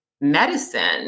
medicine